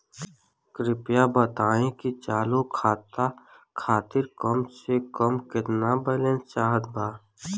कृपया बताई कि चालू खाता खातिर कम से कम केतना बैलैंस चाहत बा